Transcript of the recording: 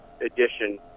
edition